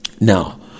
now